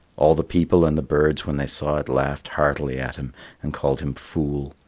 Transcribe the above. all the people and the birds when they saw it laughed heartily at him and called him fool.